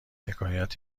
حکایت